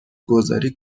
گذاری